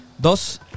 dos